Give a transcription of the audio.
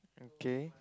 okay